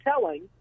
telling